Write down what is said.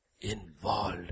involved